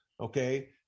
Okay